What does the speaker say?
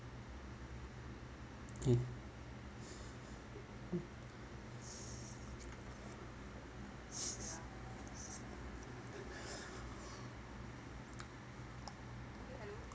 okay